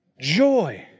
Joy